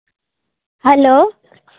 hello